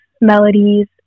melodies